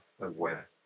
aware